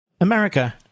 America